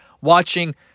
watching